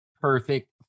perfect